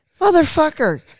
motherfucker